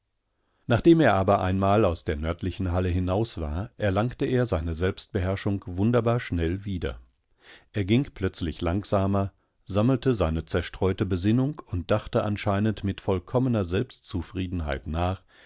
nachdem er aber einaml aus der nördlichen halle hinaus war erlangte er seine selbstbeherrschung wunderbar schnell wieder er ging plötzlich langsamer sammelte seine zerstreute besinnung und dachte anscheinend mit vollkommener selbstzufriedenheitnach